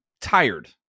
tired